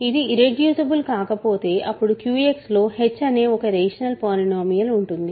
ఇది ఇర్రెడ్యూసిబుల్ కాకపోతే అప్పుడు QX లో h అనే ఒక రేషనల్ పాలినోమీయల్ ఉంటుంది